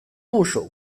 部首